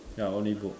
ya only book